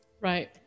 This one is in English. Right